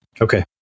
Okay